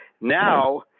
Now